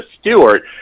Stewart